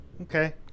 Okay